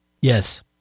Yes